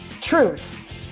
Truth